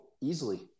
easily